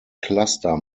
cluster